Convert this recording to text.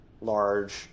large